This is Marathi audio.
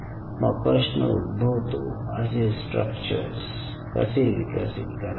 मग प्रश्न उद्भवतो असे स्ट्रक्चर्स कसे विकसित करायचे